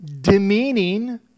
demeaning